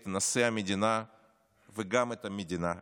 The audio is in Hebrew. את נשיא המדינה וגם את המדינה עצמה.